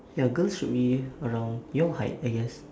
ya girls should be around your height I guess